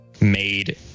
made